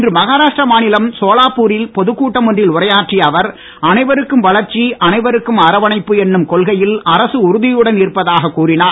இன்று மகாராஷ்டிரா மாநிலம் சோலாப்பூரில் பொதுக்கூட்டம் ஒன்றில் உரையாற்றிய அவர் அனைவருக்கும் வளர்ச்சி அனைவருக்கும் அரைவனைப்பு என்னும் கொள்கையில் அரசு உறுதியுடன் இருப்பதாக கூறினார்